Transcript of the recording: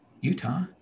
Utah